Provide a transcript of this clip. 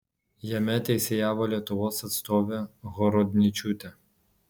jame teisėjavo lietuvos atstovė horodničiūtė